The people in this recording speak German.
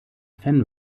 fan